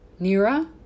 Nira